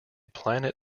planet